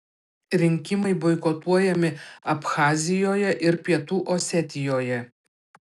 rinkimai boikotuojami abchazijoje ir pietų osetijoje